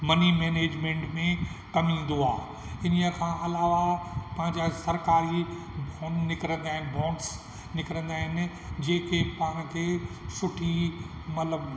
money management में कमु ईंदो आहे इन्हीअ खां अलावा पंहिंजा सरकारी कमु निकिरंदा आहिनि बोंड्स निकिरंदा आहिनि जेके पाण खे सुठी मतलबु